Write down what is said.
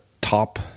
top